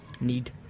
need